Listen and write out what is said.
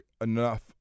enough